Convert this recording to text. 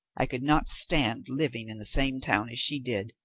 i could not stand living in the same town as she did,